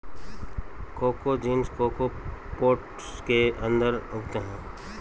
cocoa beans cocoa pods के अंदर उगते हैं